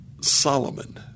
Solomon